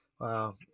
Wow